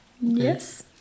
Yes